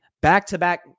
back-to-back